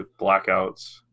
blackouts